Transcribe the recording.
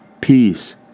peace